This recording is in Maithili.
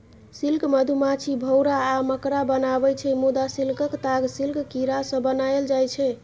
सिल्क मधुमाछी, भौरा आ मकड़ा बनाबै छै मुदा सिल्कक ताग सिल्क कीरासँ बनाएल जाइ छै